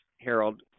Harold